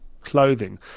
clothing